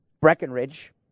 Breckenridge